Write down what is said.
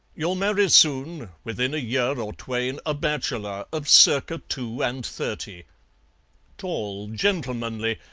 you'll marry soon within a year or twain a bachelor of circa two and thirty tall, gentlemanly,